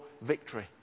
victory